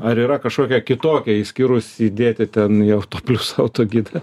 ar yra kažkokia kitokia išskyrus įdėti ten į autoplius autogidą